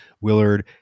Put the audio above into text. Willard